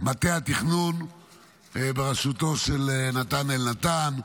למטה התכנון בראשותו של נתן אלנתן,